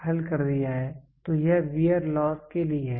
तो यह wear loss के लिए है